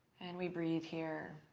and we breathe here.